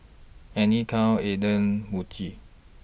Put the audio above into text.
Anne Klein Aden Muji